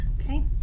Okay